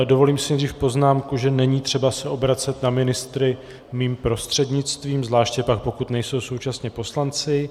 Dovolím si nejdřív poznámku, že není třeba se obracet na ministry mým prostřednictvím, zvláště pak pokud nejsou současně poslanci.